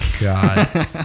God